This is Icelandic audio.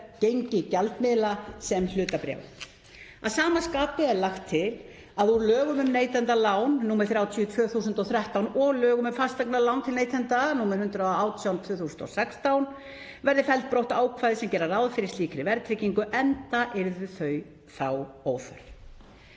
gengi gjaldmiðla eða hlutabréfa. Að sama skapi er lagt til að úr lögum um neytendalán, nr. 33/2013, og lögum um fasteignalán til neytenda, nr. 118/2016, verði felld brott ákvæði sem gera ráð fyrir slíkri verðtryggingu enda yrðu þau þá óþörf.